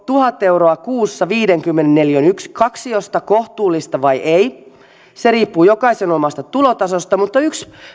tuhat euroa kuussa viidenkymmenen neliön kaksiosta kohtuullista vai ei se riippuu jokaisen omasta tulotasosta mutta yksi